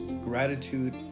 gratitude